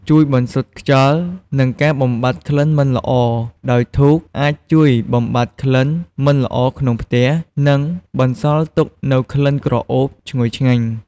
ជួយបន្សុទ្ធខ្យល់ និងការបំបាត់ក្លិនមិនល្អដោយ ធូបអាចជួយបំបាត់ក្លិនមិនល្អក្នុងផ្ទះ និងបន្សល់ទុកនូវក្លិនក្រអូបឈ្ងុយឆ្ងាញ់។